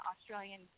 Australian